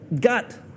gut